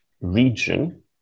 region